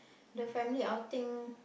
the family outing